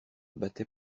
battait